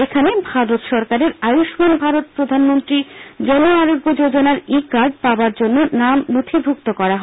এখানে ভারত সরকারের আয়ুষ্মান ভারত প্রধানমন্ত্রী জন আরোগ্য যোজনায় ই কার্ড পাবার জন্য নাম নখিভুক্ত করা হয়